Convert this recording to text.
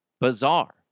Bizarre